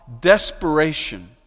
desperation